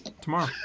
Tomorrow